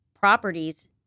properties